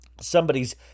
somebody's